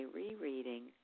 rereading